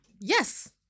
Yes